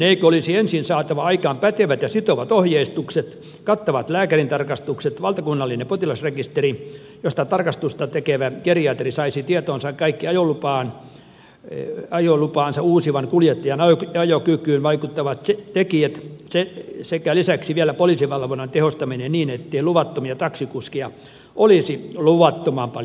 eikö olisi ensin saatava aikaan pätevät ja sitovat ohjeistukset kattavat lääkärintarkastukset valtakunnallinen potilasrekisteri josta tarkastusta tekevä geriatri saisi tietoonsa kaikki ajolupaansa uusivan kuljettajan ajokykyyn vaikuttavat tekijät sekä lisäksi vielä poliisivalvonnan tehostaminen niin ettei luvattomia taksikuskeja olisi luvattoman paljon liikenteessä